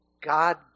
God